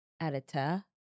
editor